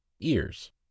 Ears